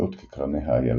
המפציעות כקרני האיילה,